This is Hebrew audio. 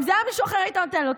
אם זה היה מישהו אחר היית נותן לו.